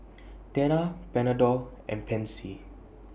Tena Panadol and Pansy